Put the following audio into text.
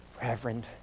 Reverend